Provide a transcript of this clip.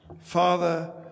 Father